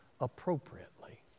appropriately